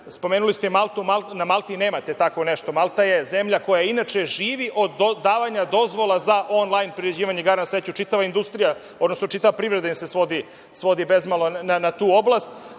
spomenuli ste i Maltu, ali na Malti nemate tako nešto. Malta je zemlja koja inače živi od davanja dozvola za onlajn priređivanje igara na sreću. Čitava industrija, odnosno čitava privreda im se svodi bezmalo na tu oblast. Las